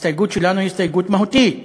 ההסתייגות שלנו היא הסתייגות מהותית.